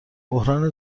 بحران